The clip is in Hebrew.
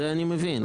את זה אני מבין.